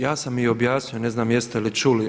Ja sam i objasnio, ne znam jeste li čuli.